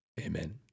Amen